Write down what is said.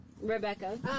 Rebecca